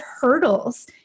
hurdles